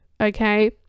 okay